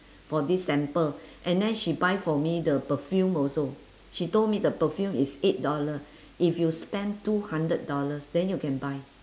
for this sample and then she buy for me the perfume also she told me the perfume is eight dollar if you spend two hundred dollars then you can buy